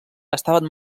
estaven